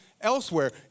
elsewhere